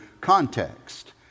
context